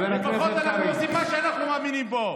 לפחות אנחנו עושים מה שאנחנו מאמינים בו,